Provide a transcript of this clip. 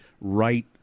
right